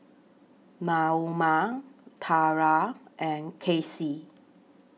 Naoma Thyra and Casie